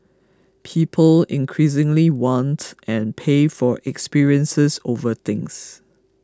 people increasingly want and pay for experiences over things